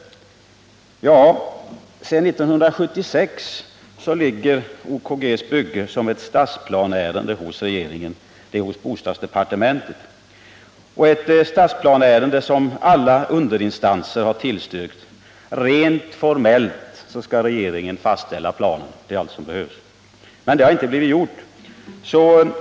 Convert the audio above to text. Sedan 1976 ligger OKG:s bygge som ett stadsplaneärende hos regeringen, hos bostadsdepartementet. Det är ett stadsplaneärende där alla underinstanser har tillstyrkt. Rent formellt skall regeringen fastställa planen — det är allt som behövs. Men det har inte blivit gjort.